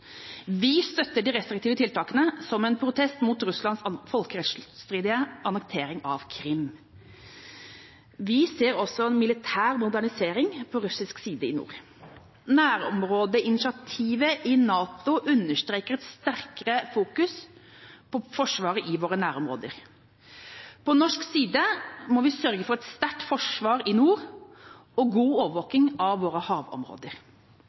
Vi støtter de restriktive tiltakene som en protest mot Russlands folkerettsstridige annektering av Krim. Vi ser også en militær modernisering på russisk side i nord. Nærområdeinitiativet i NATO understreker et sterkere fokus på Forsvaret i våre nærområder. På norsk side må vi sørge for et sterkt forsvar i nord og god overvåking av våre havområder.